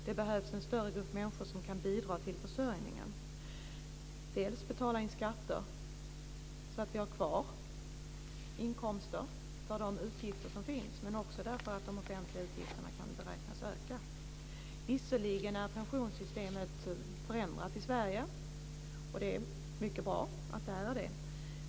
Det behövs en större grupp människor som kan bidra till försörjningen genom att betala in skatter så att vi har kvar inkomster för de utgifter som finns, men också därför att de offentliga utgifterna kan beräknas öka. Visserligen är pensionssystemet förändrat i Sverige. Det är mycket bra att det är det.